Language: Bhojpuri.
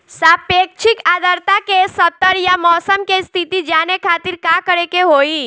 सापेक्षिक आद्रता के स्तर या मौसम के स्थिति जाने खातिर करे के होई?